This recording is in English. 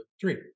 three